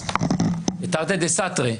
זה תרתי דסתרי.